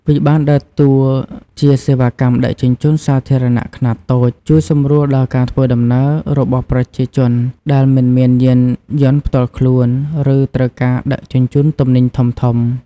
វាបានដើរតួជាសេវាកម្មដឹកជញ្ជូនសាធារណៈខ្នាតតូច ជួយសម្រួលដល់ការធ្វើដំណើររបស់ប្រជាជនដែលមិនមានយានយន្តផ្ទាល់ខ្លួន ឬត្រូវការដឹកជញ្ជូនទំនិញធំៗ។